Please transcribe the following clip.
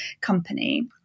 company